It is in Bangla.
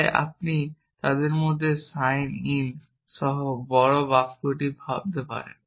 তাই আপনি তাদের মধ্যে সাইন ইন সহ বড় বাক্যটি ভাবতে পারেন